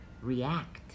react